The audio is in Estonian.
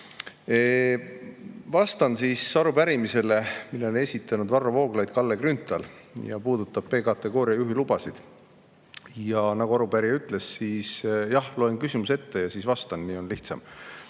Vastan siis arupärimisele, mille on esitanud Varro Vooglaid ja Kalle Grünthal ja puudutab see B-kategooria juhilubasid. Ja nagu arupärija ütles, siis jah, loen küsimuse ette ja siis vastan, nii on lihtsam